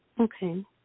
Okay